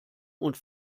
und